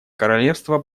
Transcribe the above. королевство